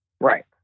right